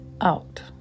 out